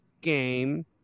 game